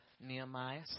Nehemiah